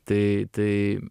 tai tai